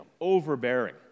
overbearing